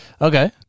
Okay